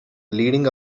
leading